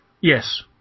Yes